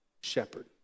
shepherd